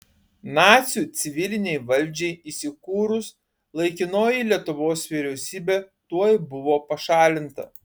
nacių civilinei valdžiai įsikūrus laikinoji lietuvos vyriausybė tuoj buvo pašalinta